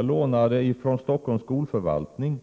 Jag lånade från Stockholms skolförvaltning